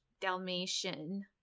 Dalmatian